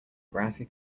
grassy